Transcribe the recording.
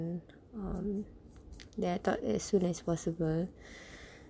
um then I thought as soon as possible